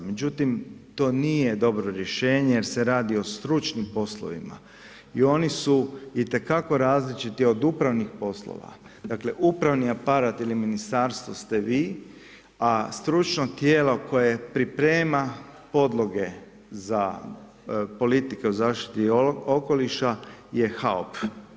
Međutim, to nije dobro rješenje jer se radi o stručnim poslovima i oni su i te kako različiti od upravnih poslova, dakle upravni aparat ili ministarstvo ste vi, a stručno tijelo koje priprema podloge za politiku o zaštiti okoliša je HAOP.